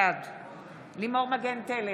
בעד לימור מגן תלם,